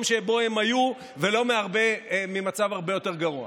שבו הם היו ולא ממצב הרבה יותר גרוע.